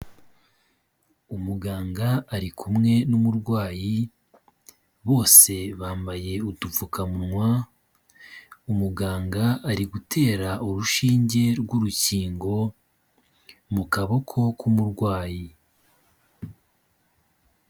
Umuganga ari kumwe n'umurwayi, bose bambaye udupfukamunwa, umuganga ari gutera urushinge rw'urukingo, mu kaboko k'umurwayi.